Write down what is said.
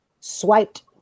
swiped